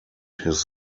his